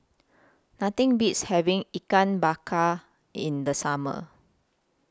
Nothing Beats having Ikan Bakar in The Summer